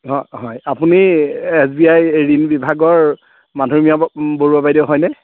অ' হয় আপুনি S B I ঋণ বিভাগৰ মাননীয় বৰুৱা বাইদেউ হয়নে